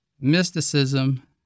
mysticism